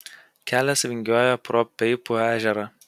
kelias vingiuoja pro peipų ežerą